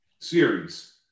series